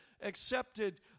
accepted